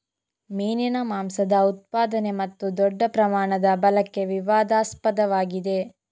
ಮೀನಿನ ಮಾಂಸದ ಉತ್ಪಾದನೆ ಮತ್ತು ದೊಡ್ಡ ಪ್ರಮಾಣದ ಬಳಕೆ ವಿವಾದಾಸ್ಪದವಾಗಿದೆ